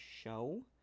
show